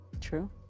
True